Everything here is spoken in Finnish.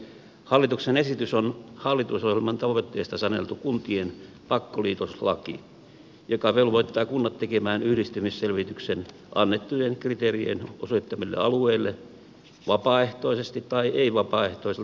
hallituksen esitys on hallitusohjelman tavoitteista saneltu kuntien pakkoliitoslaki joka velvoittaa kunnat tekemään yhdistymisselvityksen annettujen kriteerien osoittamille alueille vapaaehtoisesti tai ei vapaaehtoisesti pakon pohjalta